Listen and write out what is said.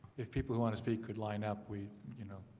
if people who want to speak could line up we you know